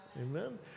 Amen